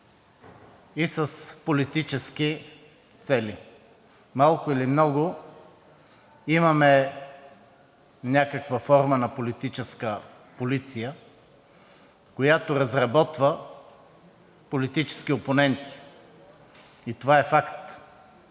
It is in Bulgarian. и с политически цели. Малко или много имаме някаква форма на политическа полиция, която разработва политически опоненти, и това е факт